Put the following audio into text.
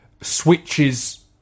switches